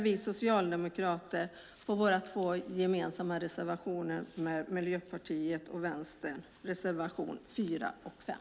Vi socialdemokrater yrkar bifall till reservationerna 4 och 5 från Socialdemokraterna, Miljöpartiet och Vänsterpartiet.